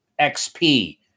XP